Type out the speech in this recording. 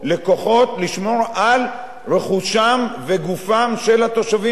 לשמור על רכושם וגופם של התושבים הערבים.